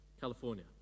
California